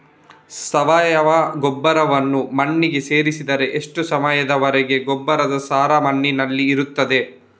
ಸಾವಯವ ಗೊಬ್ಬರವನ್ನು ಮಣ್ಣಿಗೆ ಸೇರಿಸಿದರೆ ಎಷ್ಟು ಸಮಯದ ವರೆಗೆ ಗೊಬ್ಬರದ ಸಾರ ಮಣ್ಣಿನಲ್ಲಿ ಇರುತ್ತದೆ?